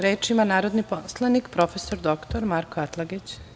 Reč ima narodni poslanik prof. dr Marko Atlagić.